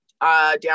Down